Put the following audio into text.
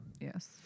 yes